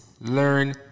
learn